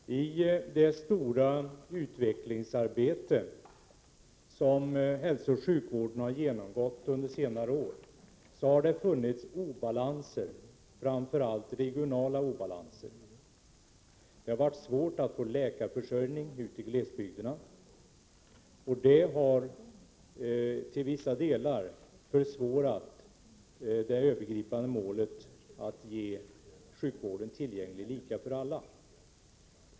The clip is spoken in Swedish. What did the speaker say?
Fru talman! I det stora utvecklingsarbete som hälsooch sjukvården har genomgått under senare år har det funnits obalanser, framför allt regionala obalanser. Det har varit svårt att få läkarförsörjning ute i glesbygderna. Det har till vissa delar försvårat det övergripande målet att göra sjukvården lika tillgänglig för alla.